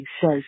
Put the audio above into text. says